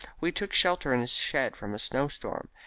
we took shelter in a shed from a snowstorm,